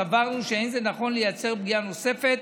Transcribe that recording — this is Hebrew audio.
סברנו שלא נכון לייצר פגיעה נוספת